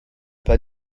pas